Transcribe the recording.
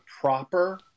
proper